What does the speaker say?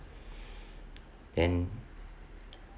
then